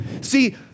See